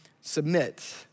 submit